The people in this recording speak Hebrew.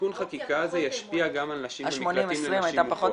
התיקון חקיקה הזה ישפיע גם על נשים במקלטים לנשים מוכות.